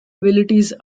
abilities